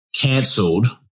cancelled